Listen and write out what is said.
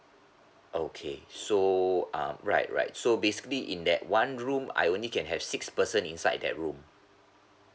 okay so um right right so basically in that one room I only can have six person inside that room